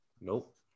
Nope